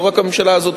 לא רק הממשלה הזאת,